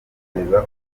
ubuhanga